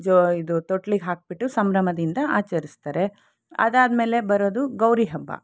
ಜೋ ಇದು ತೊಟ್ಲಿಗೆ ಹಾಕ್ಬಿಟ್ಟು ಸಂಭ್ರಮದಿಂದ ಆಚರಿಸ್ತಾರೆ ಅದಾದ್ಮೇಲೆ ಬರೋದು ಗೌರಿ ಹಬ್ಬ